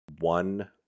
one